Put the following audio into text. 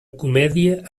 comèdia